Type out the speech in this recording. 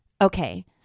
Okay